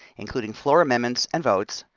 including floor amendments and votes,